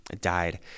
died